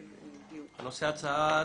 הנושא הצעת